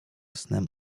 snem